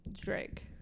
Drake